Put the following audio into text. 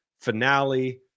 finale